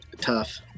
tough